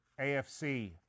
AFC